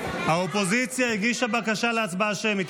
האופוזיציה הגישה בקשה להצבעה שמית.